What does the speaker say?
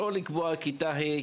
לא לקבוע שזה יהיה רק מכיתה ה',